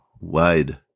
wide